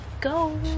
go